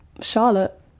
Charlotte